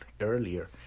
earlier